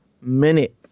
minute